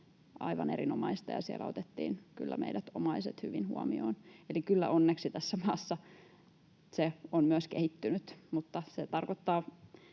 aivan erinomaista, ja siellä otettiin kyllä meidät omaiset hyvin huomioon. Eli kyllä onneksi tässä maassa se on myös kehittynyt, mutta se tarkoittaa,